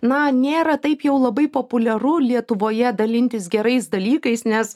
na nėra taip jau labai populiaru lietuvoje dalintis gerais dalykais nes